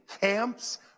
camps